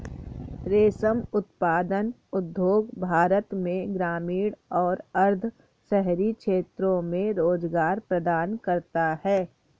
रेशम उत्पादन उद्योग भारत में ग्रामीण और अर्ध शहरी क्षेत्रों में रोजगार प्रदान करता है